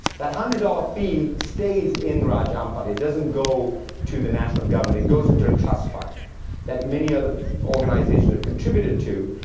that hundred dollar fee stays in raja ampat, um but it doesn't go to the national government, it goes into trust fund that many other organizations have contributed to,